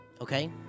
Okay